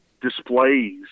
displays